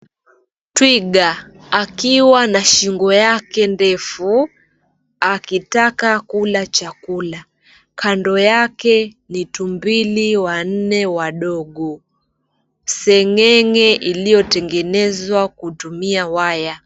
Twiga akiwa na shingo yake ndefu akitaka kula chakula, kando yake ni tumbili wanne wadogo. Seng'eng'e iliyotengenezwa kutumia waya.